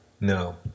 No